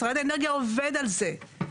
משרד האנרגיה עובד על זה,